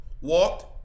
walked